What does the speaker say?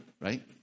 Right